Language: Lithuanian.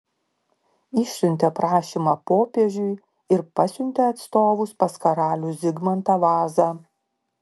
išsiuntė prašymą popiežiui ir pasiuntė atstovus pas karalių zigmantą vazą